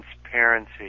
transparency